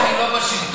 אתה עדיין לא בשלטון.